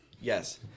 Yes